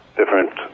different